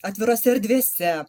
atvirose erdvėse